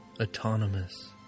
Autonomous